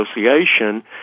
Association